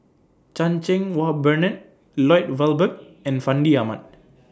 Chan Cheng Wah Bernard Lloyd Valberg and Fandi Ahmad